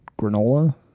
granola